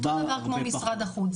אותו דבר כמו משרד החוץ.